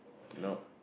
nope